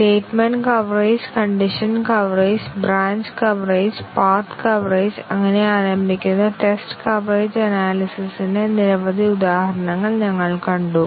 statement coverage condition coverage branch coverage path coverage അങ്ങനെ ആരംഭിക്കുന്ന test coverage analysis ന്റ്റെ നിരവധി ഉദാഹരണങ്ങൾ ഞങ്ങൾ കണ്ടു